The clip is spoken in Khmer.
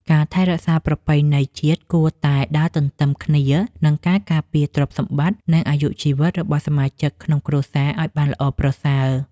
ការថែរក្សាប្រពៃណីជាតិគួរតែដើរទន្ទឹមគ្នានឹងការការពារទ្រព្យសម្បត្តិ និងអាយុជីវិតរបស់សមាជិកក្នុងគ្រួសារឱ្យបានល្អប្រសើរ។